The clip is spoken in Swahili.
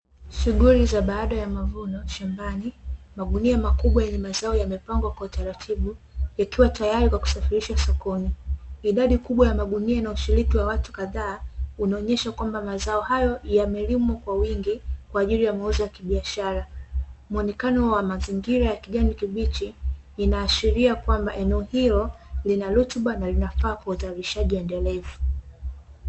Shughuli za baada ya mavuno shambani, magunia makubwa yenye mazao yamepangwa kwa utaratibu ikiwa tayari kwa kusafirisha sokoni. Idadi kubwa ya magunia na ushirika wa watu kadhaa, unaonyesha kwamba mazao hayo yamelimwa kwa wingi kwa ajili ya mauzo ya kibiashara. Muonekano wa mazingira ya kijani kibichi inaashiria kwamba eneo hilo lina rutuba na linafaa kwa udhalishaji endelevu.